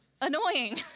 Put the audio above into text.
annoying